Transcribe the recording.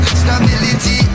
stability